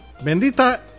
Bendita